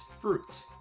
fruit